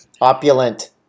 Opulent